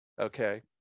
Okay